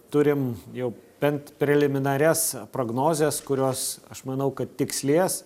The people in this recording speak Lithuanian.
turim jau bent preliminarias prognozes kurios aš manau kad tikslės